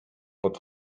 pod